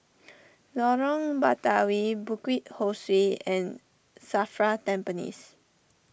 Lorong Batawi Bukit Ho Swee and Safra Tampines